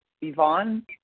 Yvonne